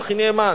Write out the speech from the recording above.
הוא הכי נאמן,